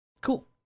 cool